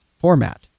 format